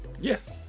Yes